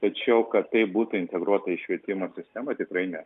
tačiau kad tai būtų integruota į švietimo sistemą tikrai ne